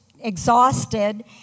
exhausted